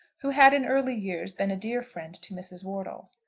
who had in early years been a dear friend to mrs. wortle.